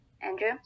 andrew